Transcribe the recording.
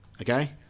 Okay